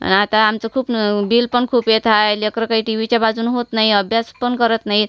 आता आमचं खूप न बिल पण खूप येत आहे लेकरं काही टी वीच्या बाजुनं होत नाही अभ्यास पण करत नाही